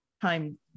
time